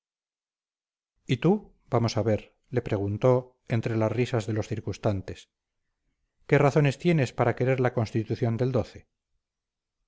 y tú vamos a ver le preguntó entre las risas de los circunstantes qué razones tienes para querer la constitución del